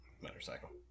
Motorcycle